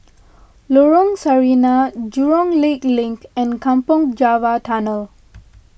Lorong Sarina Jurong Lake Link and Kampong Java Tunnel